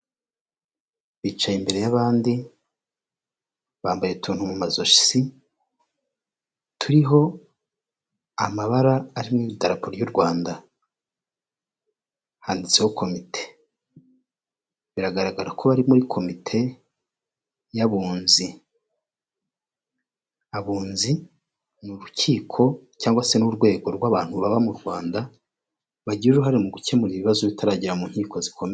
Bicaye imbere y'abandi, bambaye utuntu mu majosi turiho amabara arimo idarapo ry'u Rwanda, handitseho komite. Biragaragara ko bari muri komite y'abunzi, abunzi n'urukiko cyangwa se n'urwego rw'abantu baba mu Rwanda bagira uruhare mu gukemura ibibazo bitaragera mu nkiko zikomeye.